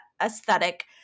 aesthetic